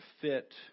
fit